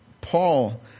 Paul